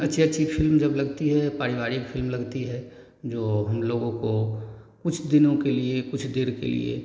अच्छी अच्छी फ़िल्म जब लगती है पारिवारिक फ़िल्म लगती है जो हमलोगों को कुछ दिनों के लिए कुछ देर के लिए